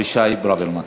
אבישי ברוורמן.